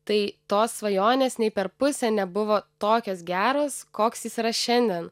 tai tos svajonės nei per pusę nebuvo tokios geros koks jis yra šiandien